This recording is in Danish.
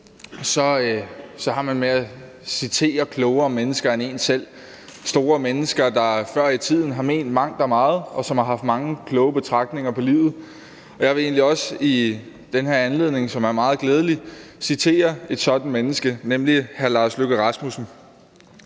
har man det med at citere klogere mennesker end en selv, store mennesker, der før i tiden har ment mangt og meget, og som har haft mange kloge betragtninger om livet. Jeg vil egentlig også i den her anledning, som er meget glædelig, citere et sådant menneske, nemlig hr. Lars Løkke Rasmussen.